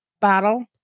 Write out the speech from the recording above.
bottle